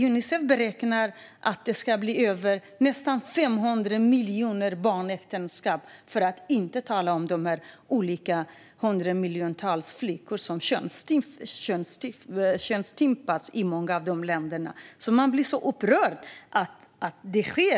Unicef beräknar att det kommer att bli nästan 500 miljoner barnäktenskap - för att inte tala om de hundramiljontals flickor som könsstympas i många av de här länderna. Man blir så upprörd över att detta sker.